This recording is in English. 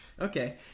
Okay